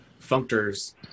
functors